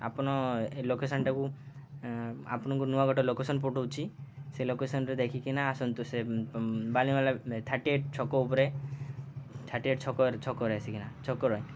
ଆପଣ ଏ ଲୋକେସନ୍ଟାକୁ ଆପଣଙ୍କୁ ନୂଆ ଗୋଟେ ଲୋକେସନ୍ ପଠଉଛି ସେ ଲୋକେସନ୍ରେ ଦେଖିକିନା ଆସନ୍ତୁ ସେ ବାଲିମେଲା ଥାର୍ଟି ଏଇଟ୍ ଛକ ଉପରେ ଥାର୍ଟି ଏଇଟ୍ ଛକ ଛକରେ ଆସିକିନା ଛକରେ